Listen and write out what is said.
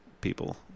people